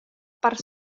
per